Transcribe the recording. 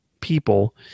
people